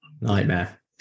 Nightmare